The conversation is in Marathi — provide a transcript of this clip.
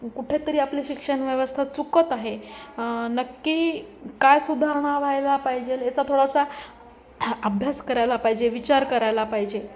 कुठेतरी आपले शिक्षण व्यवस्था चुकत आहे नक्की काय सुधारणा व्हायला पाहिजे याचा थोडासा अभ्यास करायला पाहिजे विचार करायला पाहिजे